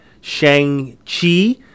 Shang-Chi